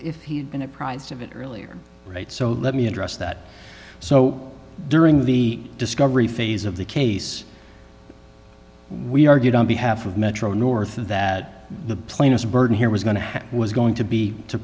if he had been apprised of it earlier right so let me address that so during the discovery phase of the case we argued on behalf of metro north of that the plaintiff's burden here was going to have was going to be to